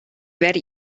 werde